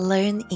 Learn